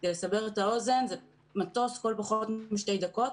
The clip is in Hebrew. כדי לסבר את האוזן, זה מטוס כל פחות משתי דקות